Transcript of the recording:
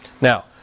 Now